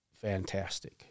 fantastic